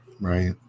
Right